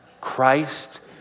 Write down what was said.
Christ